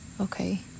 okay